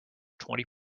twenty